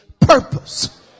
purpose